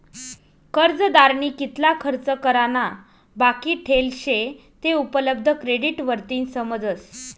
कर्जदारनी कितला खर्च करा ना बाकी ठेल शे ते उपलब्ध क्रेडिट वरतीन समजस